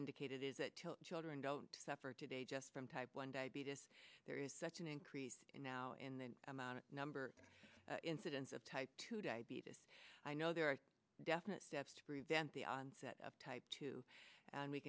indicated is that tilt children don't suffer today just from type one diabetes there is such an increase in now in the amount of number incidence of type two diabetes i know there are definite steps to prevent the onset of type two and we